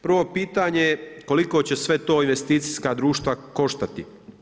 Prvo pitanje, koliko će sve to investicijska društva koštati?